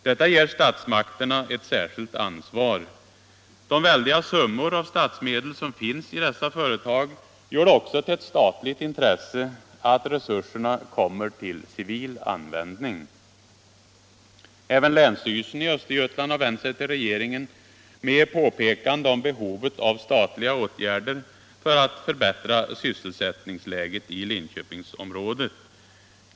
Detta ger statsmakterna ett särskilt ansvar. De väldiga summor av statsmedel som finns i dessa företag gör det också till ett statligt intresse att resurserna kommer till civil användning. Även länsstyrelsen i Östergötland har vänt sig till regeringen med påpekande om behovet av statliga åtgärder för att förbättra sysselsättningsläget inom Linköpingsområdet.